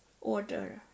order